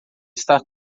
está